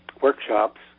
workshops